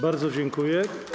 Bardzo dziękuję.